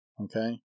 okay